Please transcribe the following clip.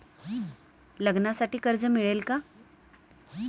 लग्नासाठी कर्ज मिळेल का?